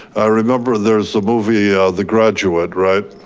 i remember there's a movie, the graduate, right.